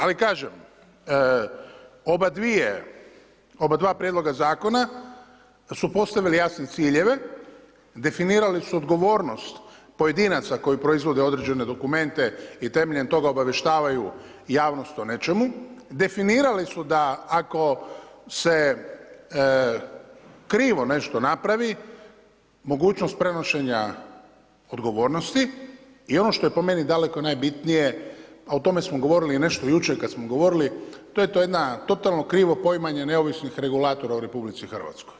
Ali kažem, obadva prijedloga zakona su postavili jasne ciljeve, definirali su odgovornost pojedinaca koji proizvode određene dokumente i temeljem toga obavještavaju javnost o nečemu, definirale su da ako se krivo nešto napravi mogućnost prenošenja odgovornosti i ono što je po meni daleko najbitnije a o tome smo govorili i nešto jučer kada smo govorili, to je to jedna, totalno krivo poimanje neovisnih regulatora u RH.